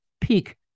peak